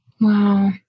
Wow